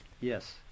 Yes